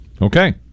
okay